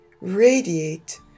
radiate